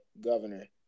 governor